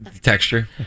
Texture